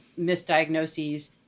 misdiagnoses